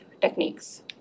techniques